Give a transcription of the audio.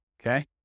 Okay